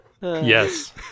Yes